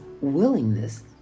willingness